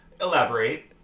Elaborate